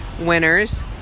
winners